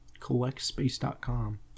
Collectspace.com